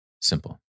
Simple